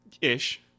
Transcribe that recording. ish